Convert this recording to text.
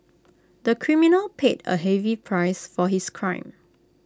the criminal paid A heavy price for his crime